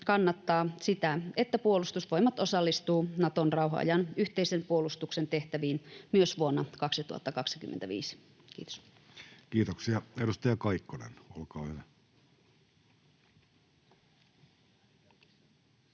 kannattaa sitä, että Puolustusvoimat osallistuu Naton rauhan ajan yhteisen puolustuksen tehtäviin myös vuonna 2025. — Kiitos. [Speech 14] Speaker: